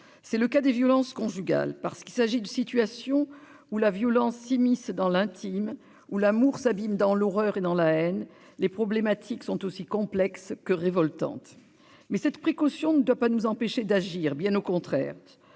C'est le cas des violences conjugales, parce qu'il s'agit de situations où la violence s'immisce dans l'intime, où l'amour s'abîme dans l'horreur et dans la haine, où les problématiques sont aussi complexes que révoltantes. Cette précaution ne doit pas nous empêcher d'agir, bien au contraire.